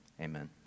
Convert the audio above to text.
Amen